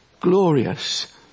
glorious